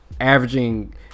averaging